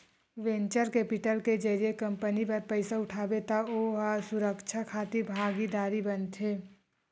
venture capital के जरिए company बर पइसा उठाबे त ओ ह सुरक्छा खातिर भागीदार बनथे